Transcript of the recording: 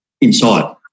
inside